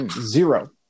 Zero